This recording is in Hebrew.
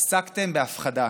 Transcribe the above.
עסקתם בהפחדה,